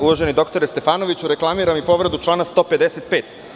Uvaženi doktore Stefanoviću, reklamiram i povredu člana 155.